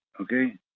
okay